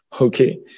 Okay